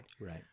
Right